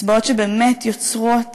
הצבעות שבאמת יוצרות